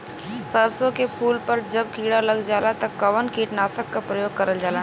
सरसो के फूल पर जब किड़ा लग जाला त कवन कीटनाशक क प्रयोग करल जाला?